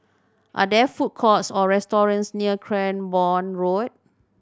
are there food courts or restaurants near Cranborne Road